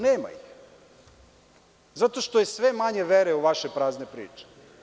Nema ih zato što je sve manje vere u vaše prazne priče.